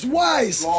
wise